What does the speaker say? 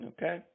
Okay